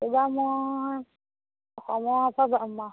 এইবাৰ মই